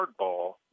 hardball